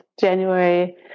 January